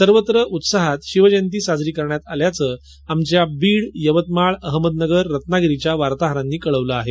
सर्वत्र उत्साहात शिवजयंती उत्साहात साजरी करण्यात आल्याच आमच्या ब्रीड युवतमाळ अहमदनगर रत्नागिरीच्या वार्ताहरानी कळवले आहे